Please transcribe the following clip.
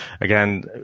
Again